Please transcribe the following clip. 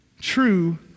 true